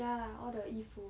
ya all the 衣服